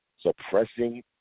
Suppressing